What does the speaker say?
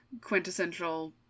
quintessential